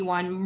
One